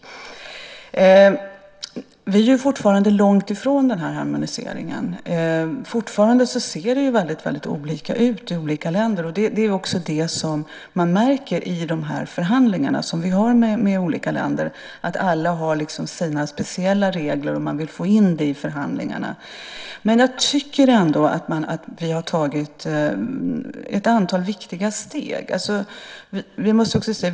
Vi är fortfarande långt från den harmoniseringen. Fortfarande ser det väldigt olika ut i olika länder. Det märks också i de förhandlingar som vi har med olika länder. Alla har sina speciella regler som man vill få in i förhandlingarna. Men jag tycker att vi trots detta har tagit ett antal viktiga steg framåt.